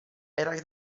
era